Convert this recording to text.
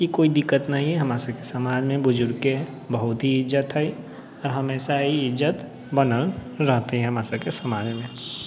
ई कोइ दिक्कत नहि हइ हमरा सबके समाजमे बुजुर्गके बहुत ही इज्जत हइ हमेशा ही इज्जत बनल रहतै हमरा सबके समाजमे